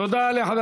תודה, אדוני.